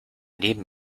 neben